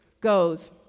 goes